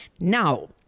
Now